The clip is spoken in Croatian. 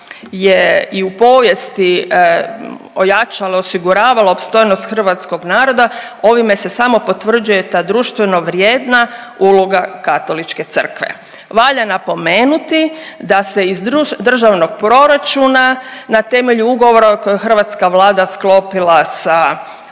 je i u povijesti ojačala i osiguravala opstojnost hrvatskog naroda ovime se samo potvrđuje ta društveno vrijedna uloga Katoličke crkve. Valja napomenuti da se iz Državnog proračuna na temelju ugovora koji je hrvatska Vlada sklopila sa